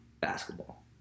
basketball